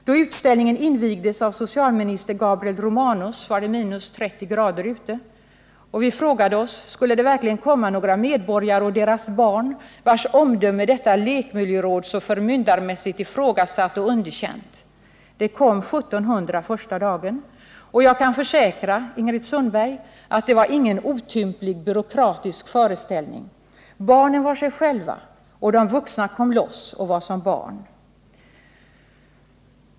Då utställningen invigdes av socialminister Gabriel Romanus var det 30 minusgrader ute, och vi frågade oss, om det verkligen skulle komma några medborgare och deras barn, vilkas omdöme detta lekmiljöråd så förmyndarmässigt ifrågasatt och underkänt. Det kom 1 700 första dagen. Och jag kan försäkra Ingrid Sundberg att det var ingen otymplig byråkratisk föreställning. Barnen var sig själva, och de vuxna kom loss och var som barn.